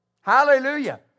Hallelujah